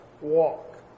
walk